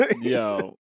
Yo